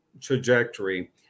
trajectory